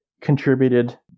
contributed